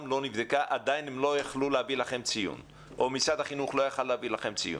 עדיין לא נבדקה והם או משרד החינוך לא יכלו להביא לכם ציון?